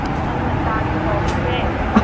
ꯅꯪ ꯆꯥꯒꯦꯇꯧꯕꯁꯦ